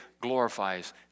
glorifies